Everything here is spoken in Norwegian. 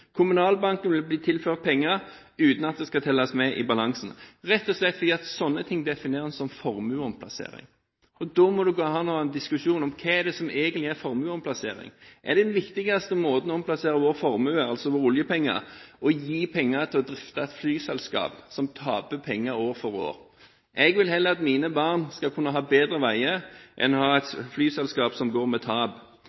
Kommunalbanken vil bli tilført penger, uten at det skal telles med i balansen, rett og slett fordi slike ting definerer en som formueomplassering. Da må det gå an å ha en diskusjon om hva som egentlig er formålet med formueomplassering. Er det den viktigste måten å omplassere vår formue, altså våre oljepenger, å gi penger til å drifte et flyselskap som taper penger år for år? Jeg vil heller at mine barn skal kunne ha bedre veier enn at vi skal ha et